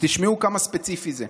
תשמעו כמה ספציפי זה.